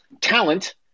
talent